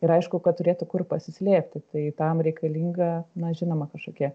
ir aišku kad turėtų kur pasislėpti tai tam reikalinga na žinoma kažkokia